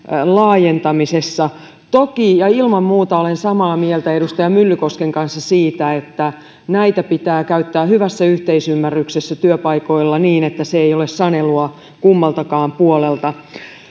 laajentamisessa toki ilman muuta olen samaa mieltä edustaja myllykosken kanssa siitä näitä pitää käyttää hyvässä yhteisymmärryksessä työpaikoilla niin että se ei ole sanelua kummaltakaan puolelta